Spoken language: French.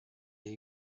est